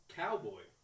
cowboy